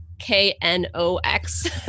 k-n-o-x